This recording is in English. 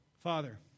Father